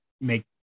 make